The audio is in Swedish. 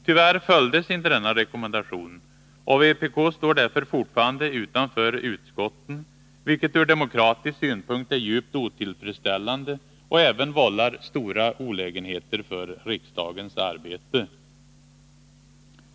Tyvärr följdes inte denna rekommendation, och vpk står därför fortfarande utanför utskotten, vilket ur demokratisk synpunkt är djupt otillfredsställande och även vållar stora olägenheter för riksdagens arbete.